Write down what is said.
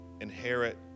inherit